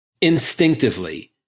instinctively